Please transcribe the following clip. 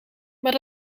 maar